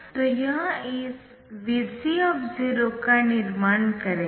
तो यह इस Vc का निर्माण करेगा